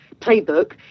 Playbook